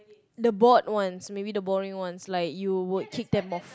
the bored ones maybe the boring ones like you would kick them off